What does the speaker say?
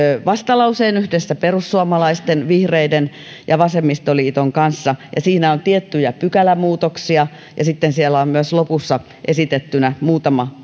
vastalauseen yhdessä perussuomalaisten vihreiden ja vasemmistoliiton kanssa siinä on tiettyjä pykälämuutoksia ja sitten siellä on myös lopussa esitettynä muutama